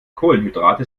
kohlenhydrate